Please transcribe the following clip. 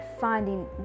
finding